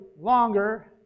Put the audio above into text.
longer